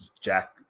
Jack